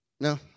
No